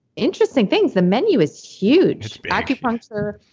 interesting things the menu is huge acupuncture.